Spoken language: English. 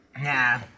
Nah